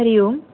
हरिः ओम्